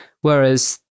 whereas